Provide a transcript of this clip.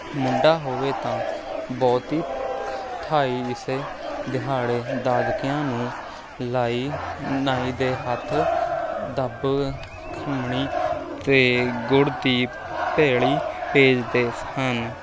ਮੁੰਡਾ ਹੋਵੇ ਤਾਂ ਬਹੁਤ ਹੀ ਥਾਈਂ ਇਸ ਦਿਹਾੜੇ ਦਾਦਕਿਆਂ ਨੂੰ ਨਾਈ ਦੇ ਹੱਥ ਦੁੱਬ ਖੰਮਣੀ ਅਤੇ ਗੁੜ ਦੀ ਭੇਲੀ ਭੇਜਦੇ ਹਨ